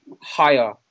higher